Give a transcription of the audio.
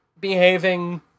behaving